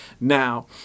now